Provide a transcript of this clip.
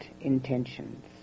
intentions